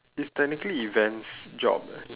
it's technically events job eh